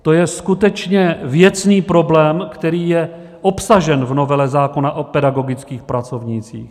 To je skutečně věcný problém, který je obsažen v novele zákona o pedagogických pracovnících.